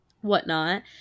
whatnot